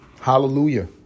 Hallelujah